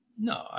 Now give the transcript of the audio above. No